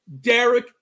Derek